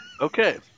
Okay